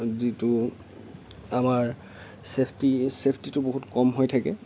যিটো আমাৰ চেফ্টি চেফ্টিটো বহুত কম হৈ থাকে